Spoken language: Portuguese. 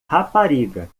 rapariga